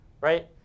right